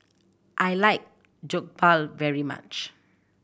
I like Jokbal very much